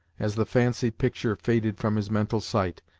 as the fancied picture faded from his mental sight,